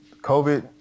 COVID